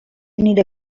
nire